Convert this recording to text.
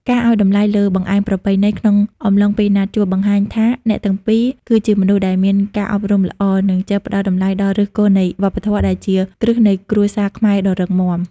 ការឱ្យតម្លៃលើបង្អែមប្រពៃណីក្នុងអំឡុងពេលណាត់ជួប បង្ហាញថាអ្នកទាំងពីរគឺជាមនុស្សដែលមានការអប់រំល្អ និងចេះផ្ដល់តម្លៃដល់ឫសគល់នៃវប្បធម៌ដែលជាគ្រឹះនៃគ្រួសារខ្មែរដ៏រឹងមាំ។